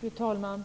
Fru talman!